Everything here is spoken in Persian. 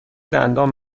دندان